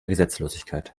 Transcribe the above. gesetzlosigkeit